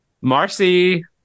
Marcy